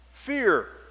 Fear